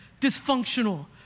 dysfunctional